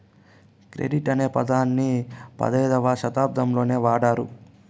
credit అనే పదాన్ని పదైధవ శతాబ్దంలోనే వాడారు